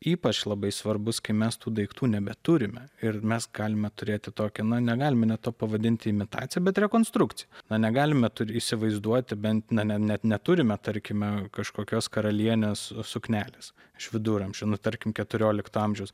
ypač labai svarbus kai mes tų daiktų nebeturime ir mes galime turėti tokį na negalime net to pavadinti imitacija bet rekonstrukcija na negalime įsivaizduoti bent ne net neturime tarkime kažkokios karalienės suknelės iš viduramžių nu tarkim keturiolikto amžiaus